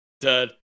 Dead